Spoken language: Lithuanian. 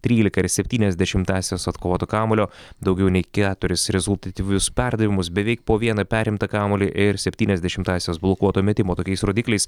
trylika ir septynias dešimtąsias atkovoto kamuolio daugiau nei keturis rezultatyvius perdavimus beveik po vieną perimtą kamuolį ir septynias dešimtąsias blokuoto metimo tokiais rodikliais